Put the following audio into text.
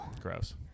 Gross